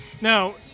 Now